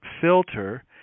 filter